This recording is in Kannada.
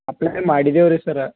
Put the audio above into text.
ಅಪ್ಲೈ ಮಾಡಿದ್ದೇವೆ ರೀ ಸರ